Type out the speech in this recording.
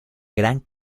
gran